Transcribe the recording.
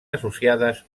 associades